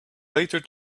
later